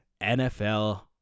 NFL